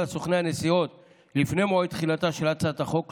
לסוכני הנסיעות לפני מועד תחילתה של הצעת החוק,